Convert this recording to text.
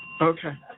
Okay